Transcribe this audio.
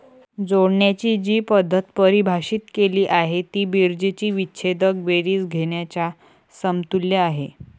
जोडण्याची जी पद्धत परिभाषित केली आहे ती बेरजेची विच्छेदक बेरीज घेण्याच्या समतुल्य आहे